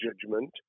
judgment